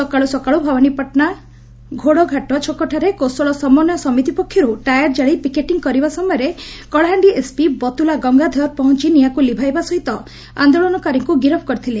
ସକାଳୁ ସକାଳୁ ଭବାନୀପାଟଶା ଘୋଡ଼ଘାଟ ଛକଠାରେ କୋଶଳ ସମନ୍ତୟ ସମିତି ପକ୍ଷରୁ ଟାୟାର ଜାଳି ପିକେଟିଂ କରିବା ସମୟରେ କଳାହାଣ୍ଡି ଏସ୍ପି ବତ୍ନ ଲା ଗଙ୍ଗାଧର ପହଞ୍ ନିଆଁକୁ ଲିଭାଇବା ସହିତ ଆଦୋଳନକାରୀମାନଙ୍ଙୁ ଗିରଫ କରିଥିଲେ